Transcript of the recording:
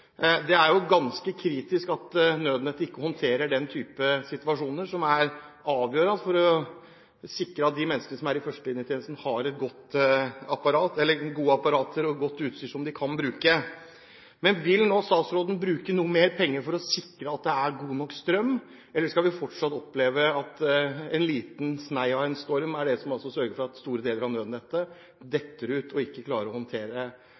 Det er jo ganske kritisk at nødnettet ikke håndterer den type situasjoner, som er avgjørende for å sikre at de menneskene som er i førstelinjetjenesten, har gode apparater og godt utstyr som de kan bruke. Vil nå statsråden bruke noe mer penger for å sikre at det er god nok strøm? Eller skal vi fortsatt oppleve at en liten snei av en storm er det som sørger for at store deler av nødnettet detter ut og ikke klarer å håndtere